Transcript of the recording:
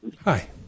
Hi